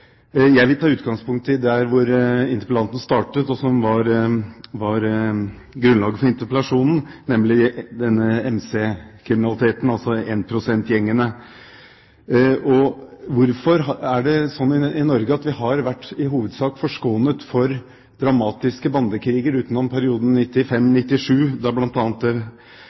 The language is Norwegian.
Jeg vil ta utgangspunkt i det som var grunnlaget for interpellasjonen, nemlig MC-kriminaliteten, altså én-prosent-gjengene. Hvorfor er det slik i Norge at vi i hovedsak har vært forskånet for dramatiske bandekriger, utenom perioden 1995–1997, da